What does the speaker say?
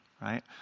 right